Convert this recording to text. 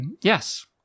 yes